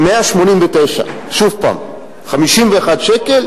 הוא 189. שוב: 51 שקל,